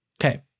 Okay